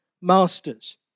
masters